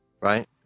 right